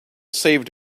saved